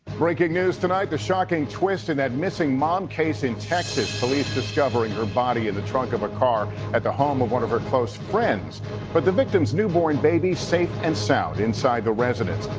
breaking news tonight, the shocking twist in that missing mom case in texas. police discovering her body in the trunk of a car at the home of one of her close friends but the victim's newborn baby safe and sound inside the residences.